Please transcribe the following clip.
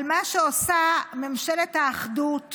על מה שעושה ממשלת האחדות